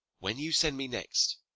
when you send me next,